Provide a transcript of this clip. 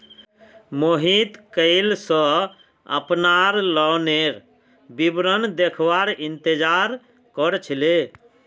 मोहित कइल स अपनार लोनेर विवरण देखवार इंतजार कर छिले